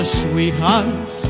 sweetheart